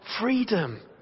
freedom